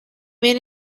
man